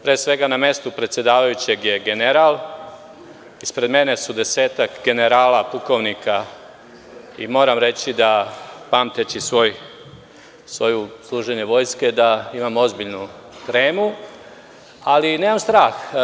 Pre svega, na mestu predsedavajućeg je general, ispred mene su desetak generala, pukovnika i moram reći da, pamteći svoje služenje vojske, imam ozbiljnu tremu, ali nemam strah.